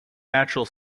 natural